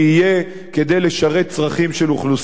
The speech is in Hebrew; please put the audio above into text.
כדי לשרת צרכים של אוכלוסייה אזרחית?